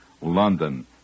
London